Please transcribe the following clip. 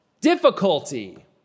difficulty